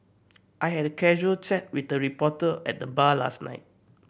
I had a casual chat with a reporter at the bar last night